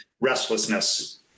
restlessness